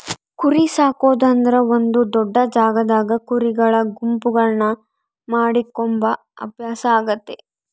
ಕುರಿಸಾಕೊದು ಅಂದ್ರ ಒಂದು ದೊಡ್ಡ ಜಾಗದಾಗ ಕುರಿಗಳ ಗುಂಪುಗಳನ್ನ ನೋಡಿಕೊಂಬ ಅಭ್ಯಾಸ ಆಗೆತೆ